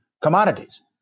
commodities